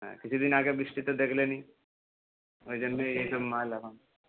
হ্যাঁ কিছু দিন আগে বৃষ্টি তো দেখলেনই ওই জন্যেই এখন